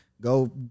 Go